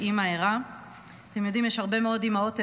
אתה יודע שאני אוהב אותך.